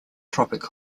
tropic